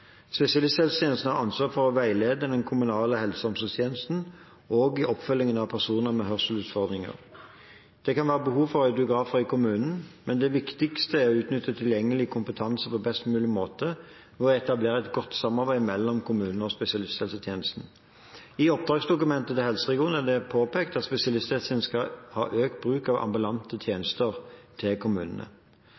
Spesialisthelsetjenesten har ansvar for å veilede den kommunale helse- og omsorgstjenesten, også i oppfølgingen av personer med hørselsutfordringer. Det kan være behov for audiografer i kommunen, men det viktigste er å utnytte tilgjengelig kompetanse på best mulig måte ved å etablere et godt samarbeid mellom kommunene og spesialisthelsetjenesten. I oppdragsdokumentet til helseregionene er det påpekt at spesialisthelsetjenesten skal ha økt bruk av ambulante